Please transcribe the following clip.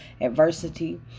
adversity